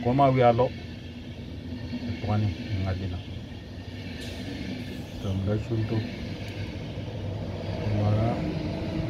Koo ma weyaa lo ta tukani aɗɗina too min la shuun toom, ne maara